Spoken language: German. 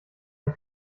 ein